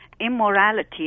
immorality